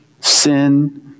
sin